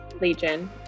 Legion